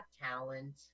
Talent